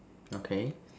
okay